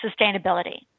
sustainability